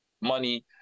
money